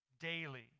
Daily